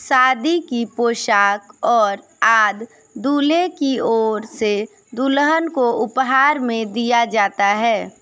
शादी की पोशाक और आद दूल्हे की ओर से दुल्हन को उपहार में दिया जाता है